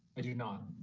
i do not.